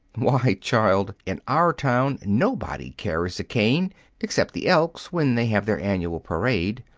why, child, in our town, nobody carries a cane except the elks when they have their annual parade,